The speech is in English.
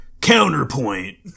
Counterpoint